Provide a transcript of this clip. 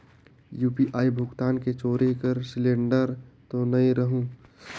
UPI भुगतान मे चोरी कर सिलिंडर तो नइ रहु?